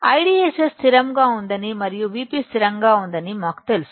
IDSS స్థిరంగా ఉందని మరియు Vp స్థిరంగా ఉందని మాకు తెలుసు